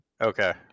Okay